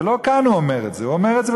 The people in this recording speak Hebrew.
ולא כאן הוא אומר את זה,